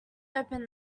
open